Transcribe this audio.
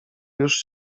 już